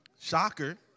Shocker